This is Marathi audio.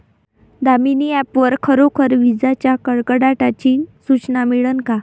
दामीनी ॲप वर खरोखर विजाइच्या कडकडाटाची सूचना मिळन का?